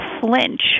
flinch